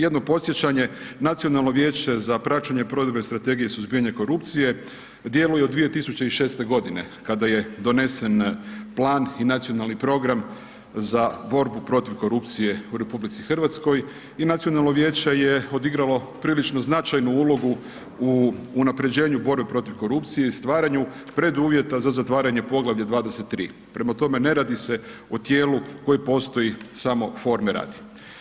Jedno podsjećanje, Nacionalno vijeće za praćenje provedbe Strategije suzbijanja korupcije djeluje od 2006. g. kada je donesen plan i nacionalni program za borbu protiv korupcije u RH i nacionalno vijeće je odigralo prilično značajnu ulogu u unapređenju borbe protiv korupcije i stvaranju preduvjeta za zatvaranje poglavlja 23., prema tome ne radi se o tijelu koje postoji samo forme radi.